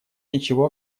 ничего